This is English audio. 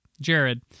Jared